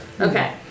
Okay